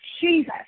Jesus